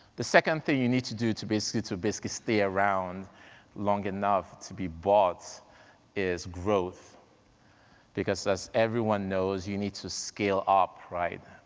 the second thing you need to do to basically, to basically stay around long enough to be bought is growth because as everyone knows, you need to scale up, right,